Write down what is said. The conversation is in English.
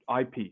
IP